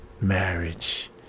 marriage